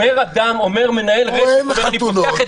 אומר מנהל רשת "אני פותח את ביג",